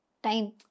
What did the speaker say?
Time